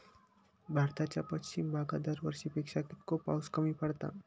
भारताच्या पश्चिम भागात दरवर्षी पेक्षा कीतको पाऊस कमी पडता?